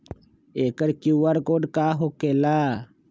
एकर QR code का होकेला?